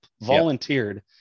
volunteered